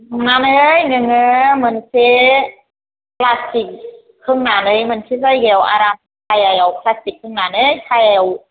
अन्नानै नोङो मोनसे प्लास्टिक खोंनानै मोनसे जायगायाव आराम सायायाव प्लास्टिक खोंनानै सायहायाव